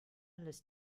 lässt